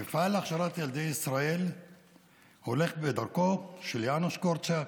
המפעל הולך בדרכו של יאנוש קורצ'אק,